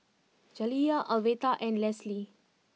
Jaliyah Alverta and Lesly